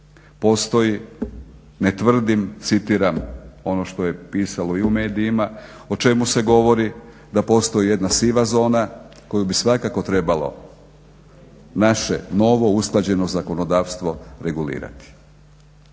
postoji ne tvrdim, citiram ono što je pisalo i u medijima, o čemu se govori: "Da postoji jedna siva zona koju bi svakako trebalo naše novo usklađeno zakonodavstvo regulirati."